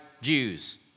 Jews